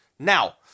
Now